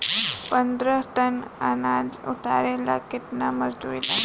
पन्द्रह टन अनाज उतारे ला केतना मजदूर लागी?